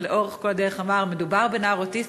ולאורך כל הדרך אמר: מדובר בנער אוטיסט,